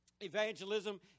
evangelism